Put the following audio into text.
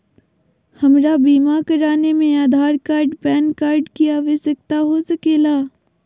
हमरा बीमा कराने में आधार कार्ड पैन कार्ड की आवश्यकता हो सके ला?